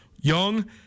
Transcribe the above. young